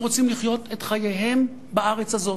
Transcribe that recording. הם רוצים לחיות את חייהם בארץ הזאת.